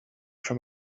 from